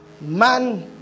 Man